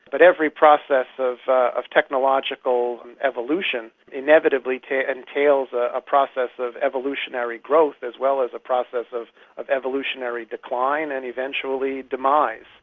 but every process of of technological evolution inevitably entails ah a process of evolutionary growth as well as a process of of evolutionary decline and eventually demise.